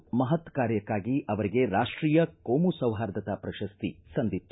ಇಂತಹ ಮಹತ್ ಕಾರ್ಯಕ್ಕಾಗಿ ಅವರಿಗೆ ರಾಷ್ಟೀಯ ಕೋಮು ಸೌಹಾರ್ದತಾ ಶ್ರಶಸ್ತಿ ಸಂದಿತ್ತು